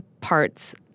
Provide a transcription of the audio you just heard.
parts